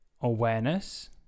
awareness